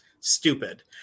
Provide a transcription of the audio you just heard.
stupid